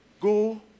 go